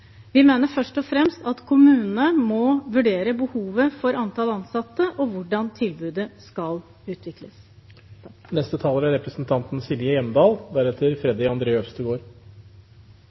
Vi mener først og fremst at kommunene må vurdere behovet for antall ansatte og hvordan tilbudet skal utvikles. Jeg må si meg helt enig med representanten